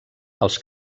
els